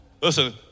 Listen